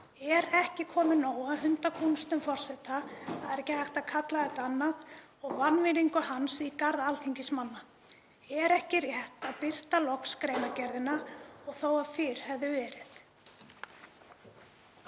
Er ekki komið nóg af hundakúnstum forseta, ekki er hægt að kalla þetta annað, og vanvirðingu hans í garð alþingismanna? Er ekki rétt að birta loks greinargerðina og þó fyrr hefði verið?